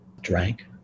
Drank